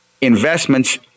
investments